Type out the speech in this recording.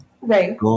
Right